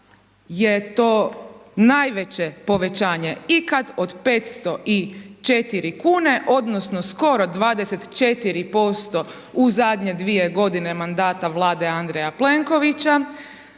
je to najveće povećanje ikad od 504 kune odnosno skoro 24% u zadnje dvije godine mandata Vlade Andreja Plenkovića.